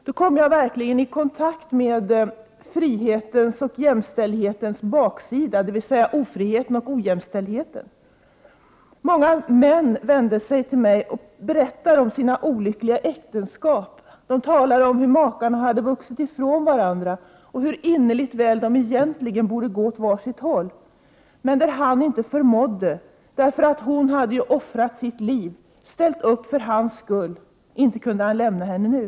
Då kom jag verkligen i kontakt med ofrihetens och ojämställdhetens ansikte. Många män vände sig till mig och berättade om sina olyckliga äktenskap, hur makarna hade vuxit ifrån varandra, hur innerligt väl de egentligen borde gå åt var sitt håll, men där han inte förmådde därför att hon ju hade offrat sitt liv, ställt upp för hans skull. Inte kunde han lämna henne nu.